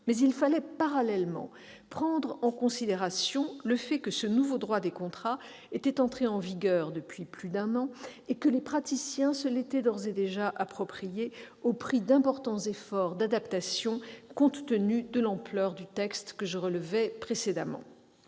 Mais il fallait parallèlement prendre en considération le fait que ce nouveau droit des contrats était entré en vigueur depuis plus d'un an et que les praticiens se l'étaient d'ores et déjà approprié, au prix d'importants efforts d'adaptation compte tenu de l'ampleur que je relevais précédemment.